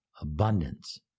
abundance